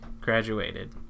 graduated